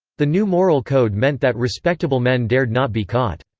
the new moral code meant that respectable men dared not be caught.